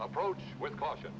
approached with caution